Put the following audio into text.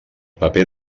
paper